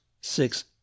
six